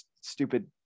stupid